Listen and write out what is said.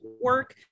work